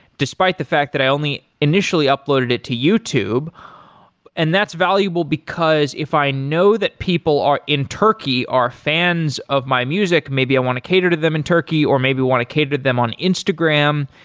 despite the fact that i only initially uploaded it to youtube and that's valuable because if i know that people are in turkey are fans of my music, maybe i want to cater to them in turkey or maybe we want to cater to them on instagram.